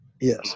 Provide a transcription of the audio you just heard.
Yes